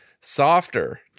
Softer